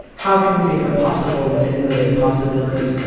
how can we become possible within those impossibilities?